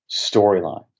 storyline